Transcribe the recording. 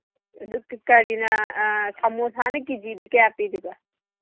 ꯑꯗꯨ ꯀꯔꯤꯅ ꯁꯃꯣꯁꯥꯅ ꯀꯦ ꯖꯤꯗ ꯀꯌꯥ ꯄꯤꯔꯤꯕ